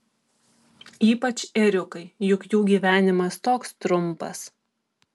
ypač ėriukai juk jų gyvenimas toks trumpas